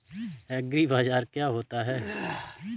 एग्रीबाजार क्या होता है?